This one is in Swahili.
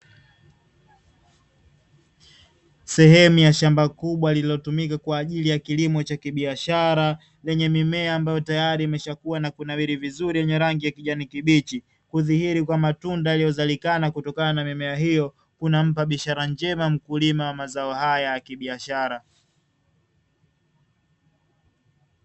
Sehemu ya shamba kubwa lilotumika kwa ajili ya kilimo cha kibiashara, lenye mimea ambayo tayari imeshakuwa na kunawiri vizuri yenye rangi ya kijani kibichi, kudhihiri kwa matunda yaliyozaliana kutokana na mimea hiyo, kunampa ishara njema mkulima wa mazao haya ya kibiashara.